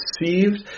received